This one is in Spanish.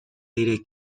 diré